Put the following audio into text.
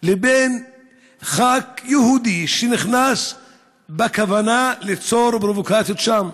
לבין חבר כנסת יהודי שנכנס בכוונה ליצור פרובוקציות שם,